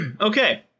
Okay